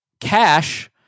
cash